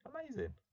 Amazing